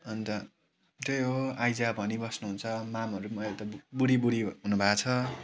अन्त त्यही हो आइज भनिबस्नुहुन्छ मामहरू पनि अहिले त बुडी बुडी हुनुभएको छ